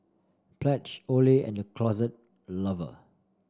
pledge Olay and The Closet Lover